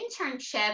internship